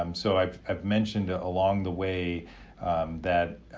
um so i've i've mentioned a long the way that